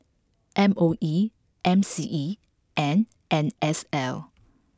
M O E M C E and N S L